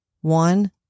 one